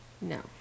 No